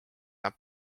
nad